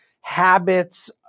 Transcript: habits